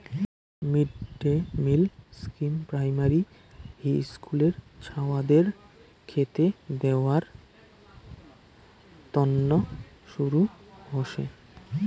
mid day meal scheme primary হিস্কুলের ছাওয়াদের খেতে দেয়ার তন্ন শুরু হসে